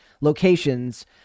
locations